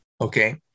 okay